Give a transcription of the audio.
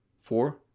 Four